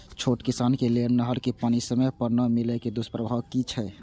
छोट किसान के लेल नहर के पानी समय पर नै मिले के दुष्प्रभाव कि छै?